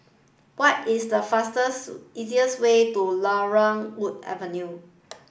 what is the fastest easiest way to Laurel Wood Avenue